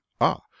Ah